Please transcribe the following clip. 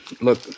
look